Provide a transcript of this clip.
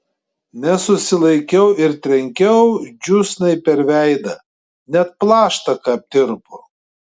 nesusilaikiau ir trenkiau džiūsnai per veidą net plaštaka aptirpo